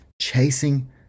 chasing